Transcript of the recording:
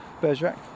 bergerac